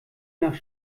nach